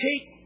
take